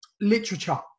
literature